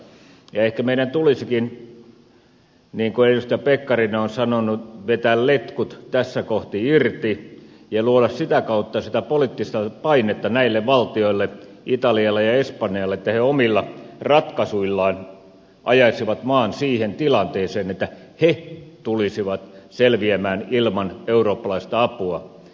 ja ehkä meidän tulisikin niin kuin edustaja pekkarinen on sanonut vetää letkut tässä kohti irti ja luoda sitä kautta sitä poliittista painetta näille valtiolle italialle ja espanjalle että he omilla ratkaisuillaan ajaisivat maan siihen tilanteeseen että he tulisivat selviämään ilman eurooppalaista apua